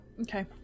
Okay